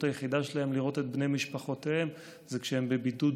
היחידה שלהם לראות את בני משפחותיהם זה כשהם בבידוד,